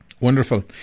Wonderful